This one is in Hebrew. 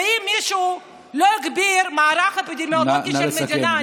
ואם מישהו לא יגביר את המערך האפידמיולוגי של המדינה,